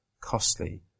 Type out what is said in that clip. costly